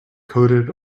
coated